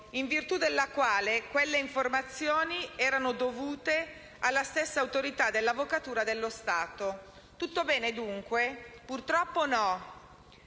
in virtù della quale quelle informazioni erano dovute alla stessa Autorità dall'Avvocatura dello Stato. Tutto bene, dunque? Purtroppo no.